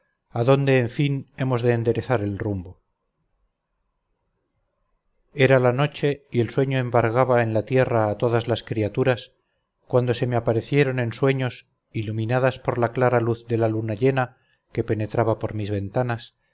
a nuestros trabajos adónde en fin hemos de enderezar el rumbo era la noche y el sueño embargaba en la tierra a todas las criaturas cuando se me aparecieron en sueños iluminadas por la clara luz de la luna llena que penetraba por mis ventanas